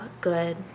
good